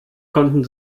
konnten